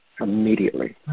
immediately